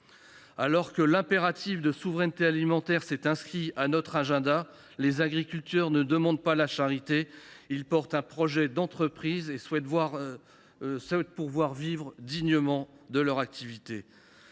Alors que l’impératif de souveraineté alimentaire s’est inscrit à notre agenda, les agriculteurs ne demandent pas la charité ; ils défendent un projet d’entreprise et souhaitent pouvoir vivre dignement de leur activité.